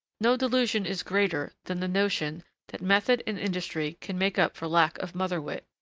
no delusion is greater than the notion that method and industry can make up for lack of motherwit,